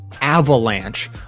avalanche